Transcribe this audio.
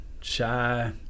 shy